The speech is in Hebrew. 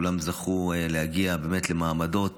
וכולם זכו להגיע באמת למעמדות